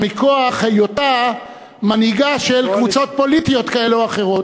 מכוח היותה מנהיגה של קבוצות פוליטיות כאלה או אחרות.